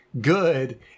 good